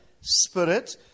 spirit